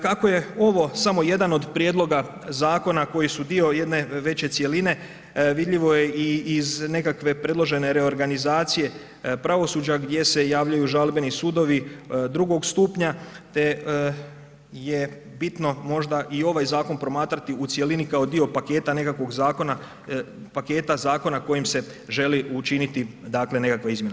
Kako je ovo samo jedan od prijedloga zakona koji su dio jedne veće cjeline, vidljivo je i iz nekakve predložene reorganizacije pravosuđa gdje se javljaju žalbeni sudovi drugog stupnja te je bitno možda i ovaj zakon promatrati u cjelini kao dio paketa nekakvog zakona, paketa zakona kojim se želi učiniti dakle nekakva izmjena.